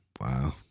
Wow